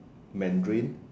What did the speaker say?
Mandarin